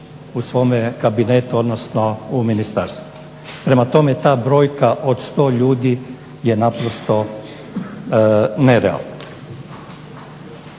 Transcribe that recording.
u svome ministarstvu odnosno kabinetu. Prema tome ta brojka od 100 ljudi je naprosto nerealna.